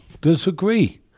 Disagree